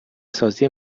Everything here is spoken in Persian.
سازی